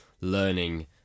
learning